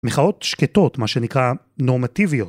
מחאות שקטות, מה שנקרא נורמטיביות.